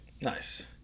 Nice